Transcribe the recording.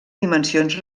dimensions